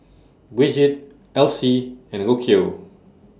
Brigid Elsie and Rocio